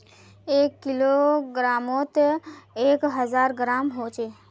एक किलोग्रमोत एक हजार ग्राम होचे